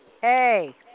Hey